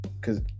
cause